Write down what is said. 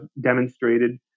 demonstrated